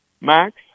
max